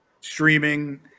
streaming